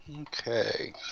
Okay